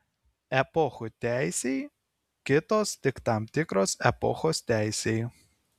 epochų teisei kitos tik tam tikros epochos teisei